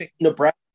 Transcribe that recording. Nebraska